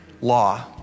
law